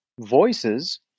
voices